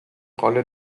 rolle